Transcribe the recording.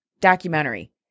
documentary